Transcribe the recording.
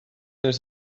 des